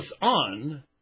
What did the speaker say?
on